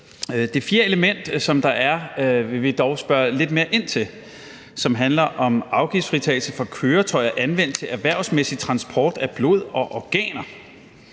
Det fjerde element, som der er, vil vi dog spørge lidt mere ind til. Det handler om afgiftsfritagelse for køretøjer anvendt til erhvervsmæssig transport af blod og organer.